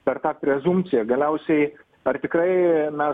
per tą prezumpciją galiausiai ar tikrai mes